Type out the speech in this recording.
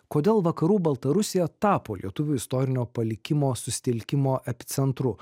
kodėl vakarų baltarusija tapo lietuvių istorinio palikimo susitelkimo epicentru